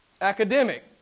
academic